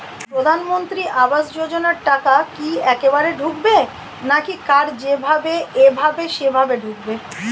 প্রধানমন্ত্রী আবাস যোজনার টাকা কি একবারে ঢুকবে নাকি কার যেভাবে এভাবে সেভাবে ঢুকবে?